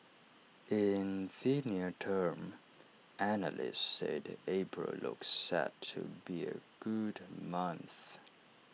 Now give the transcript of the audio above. in the near term analysts said April looks set to be A good month